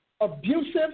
Abusive